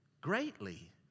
Greatly